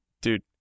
Dude